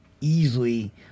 easily